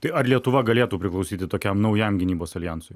tai ar lietuva galėtų priklausyti tokiam naujam gynybos aljansui